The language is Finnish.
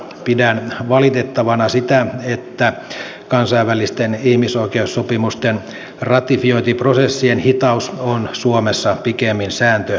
pidän valitettavana sitä että kansainvälisten ihmisoikeussopimusten ratifiointiprosessien hitaus on suomessa pikemmin sääntö kuin poikkeus